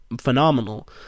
phenomenal